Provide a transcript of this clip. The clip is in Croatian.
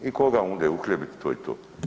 I koga onde uhljebit, to je to.